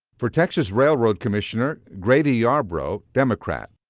for texas railroad commissioner, grady yarbrough, democrat.